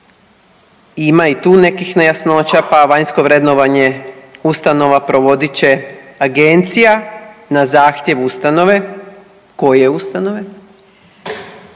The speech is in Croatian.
ima i tu nekih nejasnoća pa vanjsko vrednovanje ustanova provodit će agencija na zahtjev ustanove. Koje ustanove?